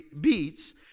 beats